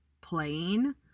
playing